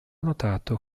notato